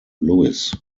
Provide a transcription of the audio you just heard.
louis